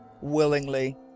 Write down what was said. willingly